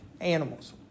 animals